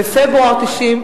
בפברואר 2009,